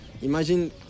imagine